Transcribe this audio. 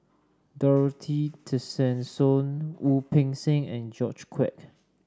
Dorothy Tessensohn Wu Peng Seng and George Quek